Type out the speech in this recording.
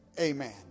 amen